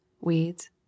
weeds